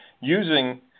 using